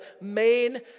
main